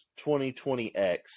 2020X